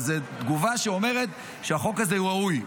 אבל זו תגובה שאומרת שהחוק הזה הוא ראוי.